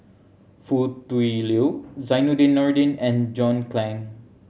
Foo Tui Liew Zainudin Nordin and John Clang